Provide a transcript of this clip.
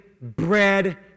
bread